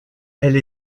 elle